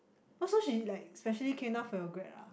oh so she like specially came down for your grad ah